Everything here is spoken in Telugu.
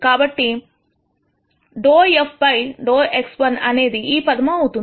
కాబట్టి ∂f ∂x1 అనేది ఈ పదము అవుతుంది